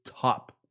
top